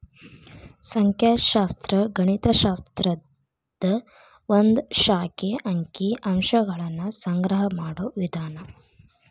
ಸಂಖ್ಯಾಶಾಸ್ತ್ರ ಗಣಿತ ಶಾಸ್ತ್ರದ ಒಂದ್ ಶಾಖೆ ಅಂಕಿ ಅಂಶಗಳನ್ನ ಸಂಗ್ರಹ ಮಾಡೋ ವಿಧಾನ